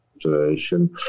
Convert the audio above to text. situation